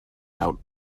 out